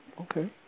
Okay